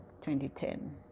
2010